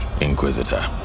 Inquisitor